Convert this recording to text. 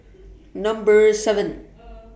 Number seven